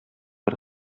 бер